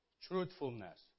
truthfulness